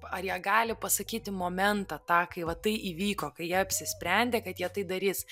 ar jie gali pasakyti momentą tą kai va tai įvyko kai jie apsisprendė kad jie tai darys